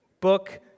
book